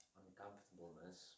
uncomfortableness